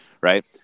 right